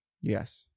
yes